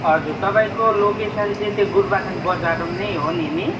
हजुर तपाईँको लोकेसन चैँ त्यो गोरुबथान बजार नै हो नि नि